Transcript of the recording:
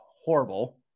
horrible